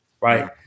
right